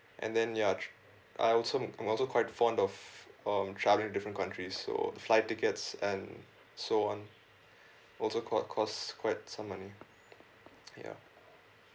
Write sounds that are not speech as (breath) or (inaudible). and then ya t~ I also I'm also quite fond of um travel to different countries so flight tickets and so on (breath) also c~ cost quite some money ya